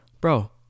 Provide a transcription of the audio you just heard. bro